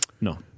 No